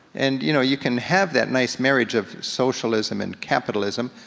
and you know you can have that nice marriage of socialism and capitalism,